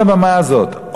על הבמה הזאת,